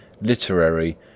literary